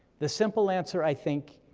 the simple answer, i think,